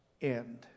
end